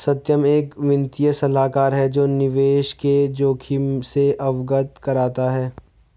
सत्यम एक वित्तीय सलाहकार है जो निवेश के जोखिम से अवगत कराता है